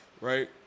right